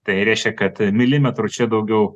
tai reiškia kad a milimetrų čia daugiau